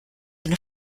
eine